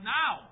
now